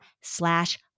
slash